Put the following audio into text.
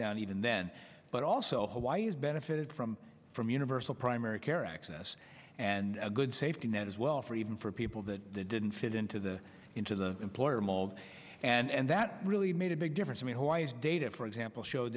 down even then but also hawaii has benefited from from universal primary care access and a good safety net as well for even for people that didn't fit into the into the employer malled and that really made a big difference i mean why is data for example show